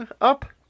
up